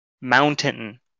mountain